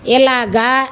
ఎలాగా